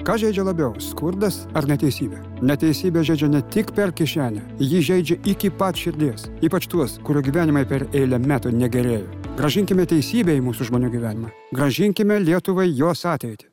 kas žeidžia labiau skurdas ar neteisybė neteisybė žeidžia ne tik per kišenę ji žeidžia iki pat širdies ypač tuos kurių gyvenimai per eilę metų negerėja grąžinkime teisybę į mūsų žmonių gyvenimą grąžinkime lietuvai jos ateitį